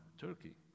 Turkey